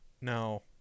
No